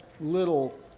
little